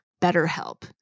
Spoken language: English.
BetterHelp